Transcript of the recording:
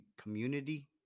Community